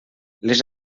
les